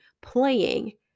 playing